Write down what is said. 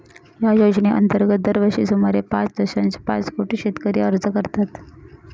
या योजनेअंतर्गत दरवर्षी सुमारे पाच दशांश पाच कोटी शेतकरी अर्ज करतात